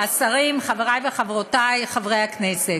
השרים, חברי וחברותי חברי הכנסת,